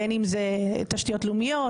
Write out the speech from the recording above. בין אם זה תשתיות לאומיות,